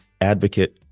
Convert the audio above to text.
advocate